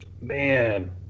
Man